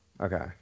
Okay